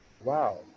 Wow